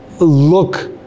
look